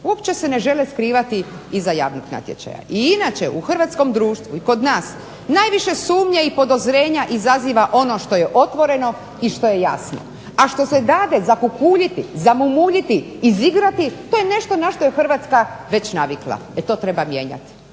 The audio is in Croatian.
uopće se ne žele skrivati iza javnih natječaja. I inače u hrvatskom društvu i kod nas najviše sumnje i podozrenja izaziva ono što je otvoreno i što je jasno, a što se dade zakukuljiti, zamumuljiti, izigrati, to je nešto na što je Hrvatska već navikla. E to treba mijenjati.